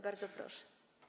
Bardzo proszę.